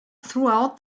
throughout